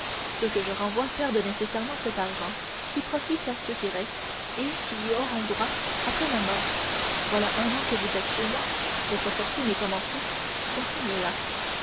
ceux que je renvoie perdent nécessairement cet argent qui profite à ceux qui restent et qui y auront droit après ma mort voilà un an que vous êtes chez moi votre fortune est commencée continuez la